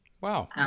Wow